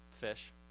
Fish